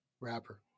Rapper